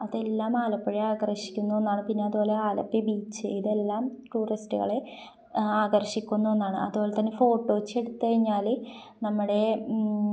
അതെല്ലാം ആലപ്പുഴയെ ആകർഷിക്കുന്ന ഒന്നാണ് പിന്നെ അതുപോലെ ആലപ്പി ബീച്ച് ഇതെല്ലാം ടൂറിസ്റ്റുകളെ ആകർഷിക്കുന്ന ഒന്നാണ് അതുപോലെ തന്നെ ഫോർട്ട് കൊച്ചി എടുത്ത് കഴിഞ്ഞാൽ നമ്മുടെ